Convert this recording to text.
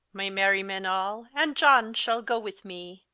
my merry men all, and john shall goe with mee,